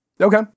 Okay